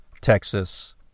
Texas